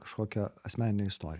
kažkokią asmeninę istoriją